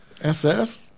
SS